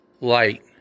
light